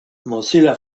mozilla